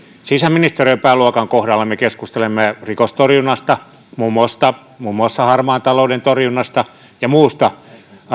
sisäministeriön pääluokan kohdalla me keskustelemme rikostorjunnasta muun muassa muun muassa harmaan talouden torjunnasta ja muusta